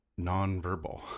nonverbal